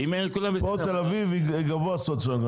תל אביב היא בדירוג סוציו-אקונומי גבוה,